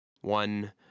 one